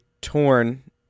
torn